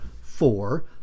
four